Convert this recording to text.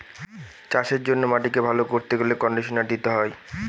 চাষের জন্য মাটিকে ভালো করতে গেলে কন্ডিশনার দিতে হয়